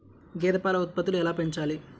గేదె పాల ఉత్పత్తులు ఎలా పెంచాలి?